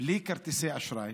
בלי כרטיסי אשראי: